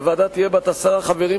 הוועדה תהיה בת עשרה חברים,